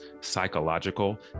psychological